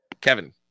Kevin